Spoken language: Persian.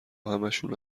همشون